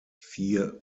vier